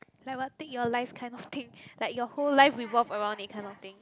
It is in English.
like want take your life kind of thing like your whole life revolve around it kind of thing